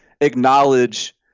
acknowledge